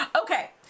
Okay